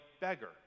beggar